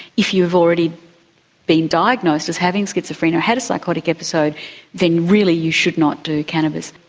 if you've already been diagnosed as having schizophrenia or had a psychotic episode then really you should not do cannabis.